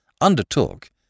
undertook